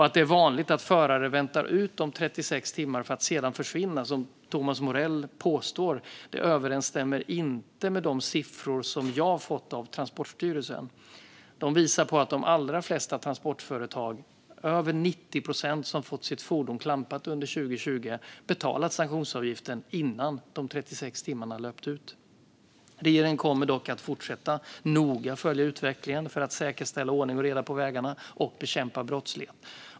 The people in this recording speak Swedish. Att det är vanligt att förare väntar ut de 36 timmarna för att sedan försvinna, som Thomas Morell påstår, överensstämmer inte med de siffror som jag har fått av Transportstyrelsen. De visar på att de allra flesta transportföretag, över 90 procent, som hade fått sitt fordon klampat under 2020 betalade sanktionsavgiften innan de 36 timmarna hade löpt ut. Regeringen kommer dock att fortsätta att noga följa utvecklingen för att säkerställa ordning och reda på vägarna och bekämpa brottslighet.